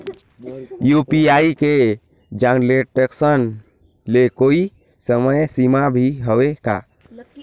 UPI के transaction ले कोई समय सीमा भी हवे का?